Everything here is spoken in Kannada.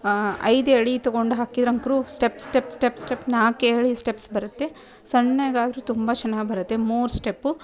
ಐದು ಎಳೆ ತೊಗೊಂಡು ಹಾಕಿದ್ರಂಕ್ರೂ ಸ್ಟೆಪ್ ಸ್ಟೆಪ್ ಸ್ಟೆಪ್ ಸ್ಟೆಪ್ ನಾಲ್ಕು ಎಳೆ ಸ್ಟೆಪ್ಸ್ ಬರುತ್ತೆ ಸಣ್ಣಗಾದ್ರೂ ತುಂಬ ಚೆನ್ನಾಗಿ ಬರುತ್ತೆ ಮೂರು ಸ್ಟೆಪ್ಪು